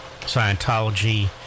Scientology